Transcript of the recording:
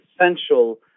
essential